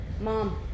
mom